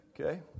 Okay